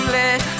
let